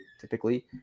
typically